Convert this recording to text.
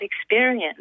experience